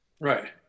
Right